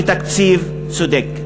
ותקציב צודק.